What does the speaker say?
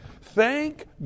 Thank